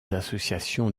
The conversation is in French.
associations